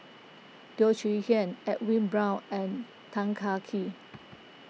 Teo Chee Hean Edwin Brown and Tan Kah Kee